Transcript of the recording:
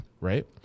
Right